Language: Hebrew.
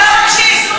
היה במוצאי-שבת.